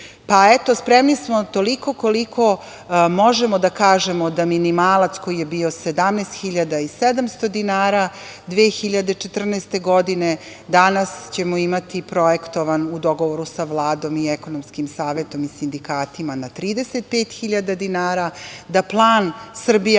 Pa eto, spremni smo toliko koliko možemo da kažemo da minimalac koji je bio 17.700 dinara 2014. godine danas ćemo imati projektovan u dogovoru sa Vladom i ekonomskim savetom i sindikatima na 35.000 dinara, da plan „Srbija